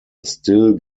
still